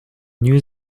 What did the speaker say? new